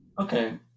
Okay